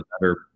better